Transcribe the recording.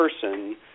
person